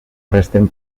resten